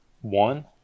one